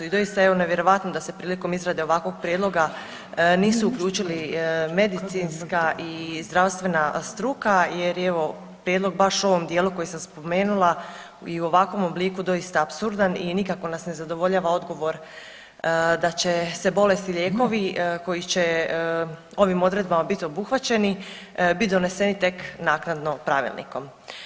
I doista je nevjerojatno da se prilikom izrade ovakvog prijedloga nisu uključili medicinska i zdravstvena struka jer je prijedlog baš u ovom dijelu koji sam spomenula i u ovakvom obliku doista apsurdan i nikako nas ne zadovoljava odgovor da će se bolesti i lijekovi koji će ovim odredbama biti obuhvaćeni bit doneseni tek naknadno pravilnikom.